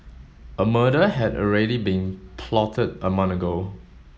a murder had already been plotted a month ago